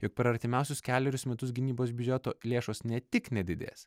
jog per artimiausius kelerius metus gynybos biudžeto lėšos ne tik nedidės